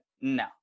no